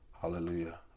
Hallelujah